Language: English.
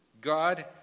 God